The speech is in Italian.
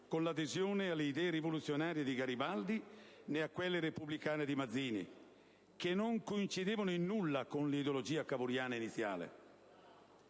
con l'adesione alle idee rivoluzionarie di Garibaldi né a quelle repubblicane di Mazzini, che non coincidevano in nulla con l'ideologia cavouriana iniziale.